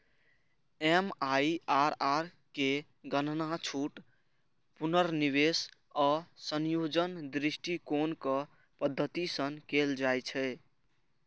MIRR केर गणना छूट, पुनर्निवेश आ संयोजन दृष्टिकोणक पद्धति सं कैल जाइ छै